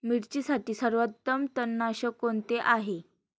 मिरचीसाठी सर्वोत्तम तणनाशक कोणते आहे?